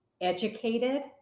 educated